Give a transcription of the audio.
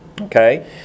Okay